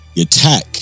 attack